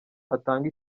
atanga